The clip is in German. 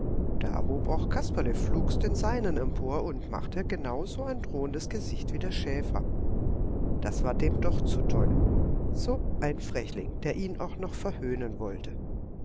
da hob auch kasperle flugs den seinen empor und machte genau so ein drohendes gesicht wie der schäfer das war dem doch zu toll so ein frechling der ihn noch verhöhnen wollte